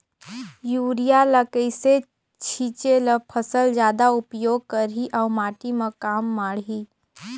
Urea ल कइसे छीचे ल फसल जादा उपयोग करही अउ माटी म कम माढ़ही?